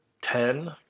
ten